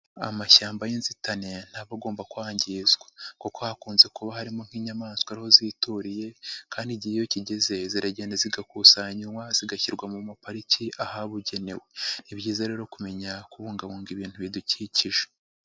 Amashyamba y'inzitane ntaba agomba kwangizwa, kuko hakunze kuba harimo nk'inyamaswa ariho zituriye, kandi igihe iyo kigeze ziragenda zigakusanywa ,zigashyirwa mu mapariki ahabugenewe, ni byiza rero kumenya kubungabunga ibintu bidukikije.